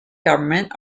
government